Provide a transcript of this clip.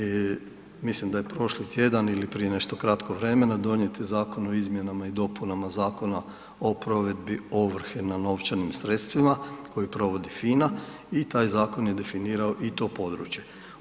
I mislim da je prošli tjedan ili prije nešto kratko vremena, donijet je Zakon o izmjenama i dopunama Zakona o provedbi ovrhe na novčanim sredstvima koje provodi FINA i taj zakon je definirao i to područje.